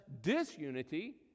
disunity